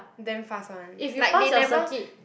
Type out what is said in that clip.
damn fast one like they never